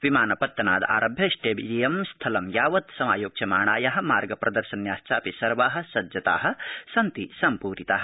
विमान पतनाद आरभ्य स्प्रेडियम स्थलं यावत् समायोक्ष्यमाणाया मार्ग प्रदर्शन्याश्चापि सर्वा सज्जता सन्ति सम्पूरिता